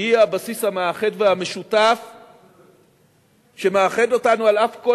שהיא הבסיס המשותף שמאחד אותנו על אף כל